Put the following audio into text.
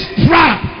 trap